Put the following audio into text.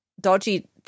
dodgy